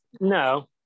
no